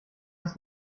ist